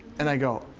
and i go,